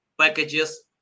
packages